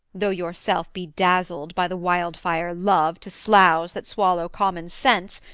though yourself be dazzled by the wildfire love to sloughs that swallow common sense,